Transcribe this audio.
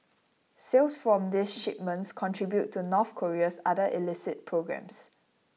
sales from these shipments contribute to North Korea's other illicit programmes